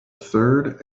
third